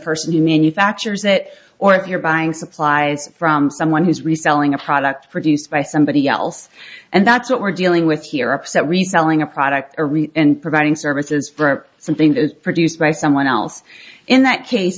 who manufactures it or if you're buying supplies from someone who's reselling a product produced by somebody else and that's what we're dealing with here upset reselling a product and providing services for something that is produced by someone else in that case